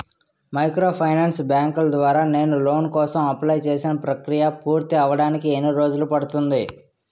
Microfinance బ్యాంకుల ద్వారా నేను లోన్ కోసం అప్లయ్ చేసిన ప్రక్రియ పూర్తవడానికి ఎన్ని రోజులు పడుతుంది?